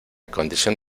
condición